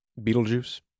Beetlejuice